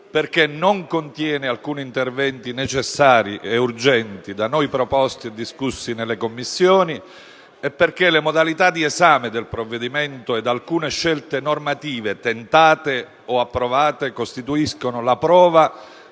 perché non contiene alcuni interventi necessari ed urgenti da noi proposti e discussi nelle Commissioni e perché le modalità di esame del provvedimento ed alcune scelte normative tentate o approvate costituiscono la prova